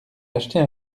acheter